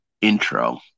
intro